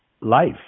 life